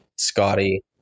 scotty